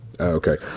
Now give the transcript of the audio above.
Okay